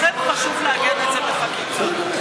לכן חשוב לעגן את זה בחקיקה.